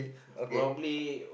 probably